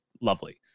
lovely